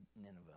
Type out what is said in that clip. Nineveh